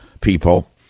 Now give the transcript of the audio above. people